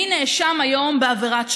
מי נאשם היום בעבירת שחיתות.